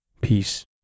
peace